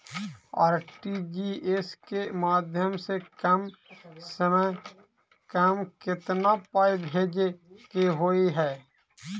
RTGS केँ माध्यम सँ कम सऽ कम केतना पाय भेजे केँ होइ हय?